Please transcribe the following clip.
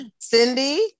Cindy